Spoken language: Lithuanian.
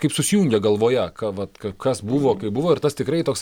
kaip susijungia galvoje ką vat ka kas buvo kaip buvo ir tas tikrai toks